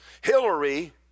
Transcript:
Hillary